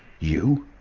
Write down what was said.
you?